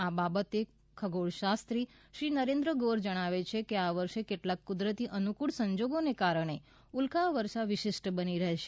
આ બાબતે ખગોળશાસ્ત્રી શ્રી નરેન્દ્ર ગોર જણાવે છે કે આ વર્ષે કેટલાક કુદરતી અનુફ્નળ સંજોગોને કારણે ઉલ્કા વર્ષા વિશિષ્ટ બની રહેશે